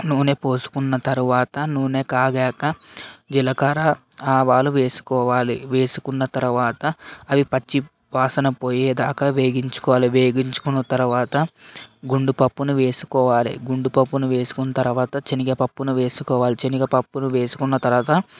నూనె పోసుకున్న తరువాత నూనె కాగాక జీలకర్ర ఆవాలు వేసుకోవాలి వేసుకున్న తర్వాత అవి పచ్చి వాసన పోయే దాకా వేయించుకోవాలి వేయించుకున్న తర్వాత గుండు పప్పును వేసుకోవాలి గుండు పప్పును వేసుకున్న తర్వాత శనగపప్పును వేసుకోవాలి శనగపప్పులు వేసుకున్న తర్వాత